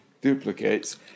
duplicates